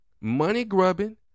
Money-grubbing